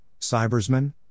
Cybersman